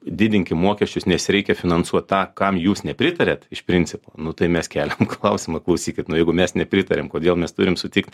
didinkim mokesčius nes reikia finansuot tą kam jūs nepritariat iš principo nu tai mes keliam klausimą klausykit na jeigu mes nepritariam kodėl mes turim sutikt